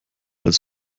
als